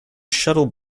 shuttle